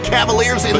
Cavaliers